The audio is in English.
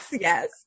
Yes